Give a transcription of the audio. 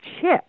CHIP